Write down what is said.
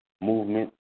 movement